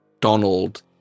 Donald